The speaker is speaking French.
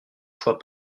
fois